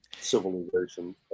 civilization